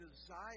desire